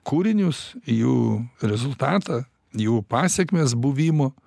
kūrinius jų rezultatą jų pasekmes buvimo